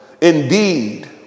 indeed